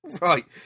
Right